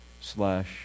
slash